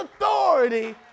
authority